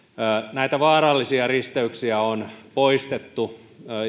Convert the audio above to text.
näitä vaarallisia risteyksiä on poistettu